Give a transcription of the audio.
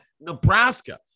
Nebraska